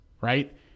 Right